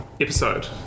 Episode